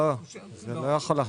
לא, זה לא יכול לחזור,